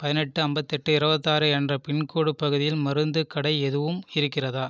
பதினெட்டு ஐம்பத்தெட்டு இருபத்தாறு என்ற பின்கோடு பகுதியில் மருந்துக் கடை எதுவும் இருக்கிறதா